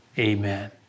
Amen